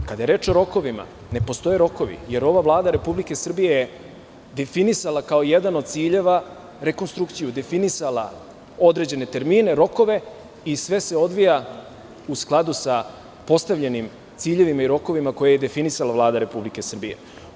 Kada je reč o rokovima, ne postoje rokovi, jer ova Vlada Republike Srbije definisala kao jedan od ciljeva rekonstrukciju definisala određene termine, rokove i sve se odvija u skladu sa postavljenim ciljevima i rokovima koje je definisala Vlada Republike Srbije.